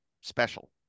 special